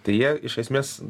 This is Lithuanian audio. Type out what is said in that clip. tai jie iš esmės